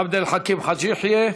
עבד אל חכים חאג' יחיא,